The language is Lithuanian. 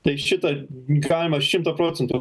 tai šitą galima šimtą procentų